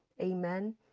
Amen